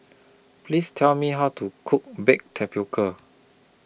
Please Tell Me How to Cook Baked Tapioca